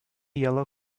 yellow